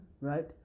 Right